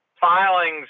filings